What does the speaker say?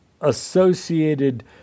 associated